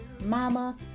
mama